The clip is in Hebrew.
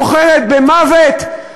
בוחרת במוות,